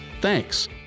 Thanks